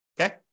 Okay